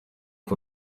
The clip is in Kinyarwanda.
cyo